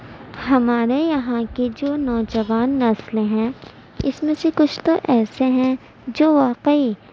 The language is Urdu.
ہمارے یہاں کے جو نوجوان نسلیں ہیں اس میں سے کچھ تو ایسے ہیں جو واقعی